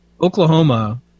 Oklahoma